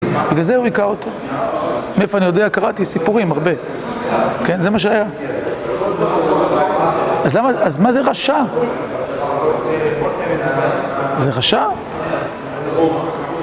בגלל זה הוא היכה אותו. מאיפה אני יודע? קראתי סיפורים, הרבה, כן, זה מה שהיה. אז מה זה רשע? זה רשע?